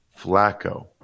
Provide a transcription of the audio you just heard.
Flacco